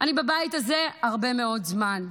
אני בבית הזה הרבה מאוד זמן.